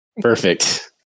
Perfect